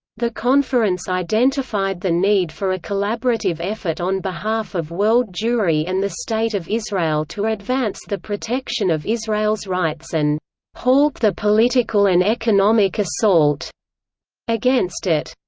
the conference identified the need for a collaborative effort on behalf of world jewry and the state of israel to advance the protection of israel's rights and halt the political and economic assault against it.